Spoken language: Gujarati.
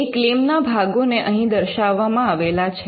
એ ક્લેમ ના ભાગો ને અહીં દર્શાવવામાં આવેલા છે